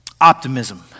optimism